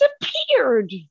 disappeared